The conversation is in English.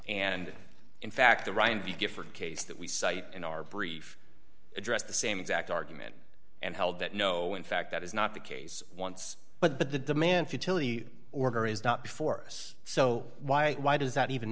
and in fact the ryan v gifford case that we cite in our brief address the same exact argument and held that no in fact that is not the case once but the demand futility order is not before us so why why does that even